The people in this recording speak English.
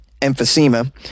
emphysema